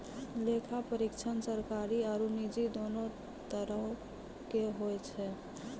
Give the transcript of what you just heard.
लेखा परीक्षक सरकारी आरु निजी दोनो तरहो के होय छै